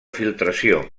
filtració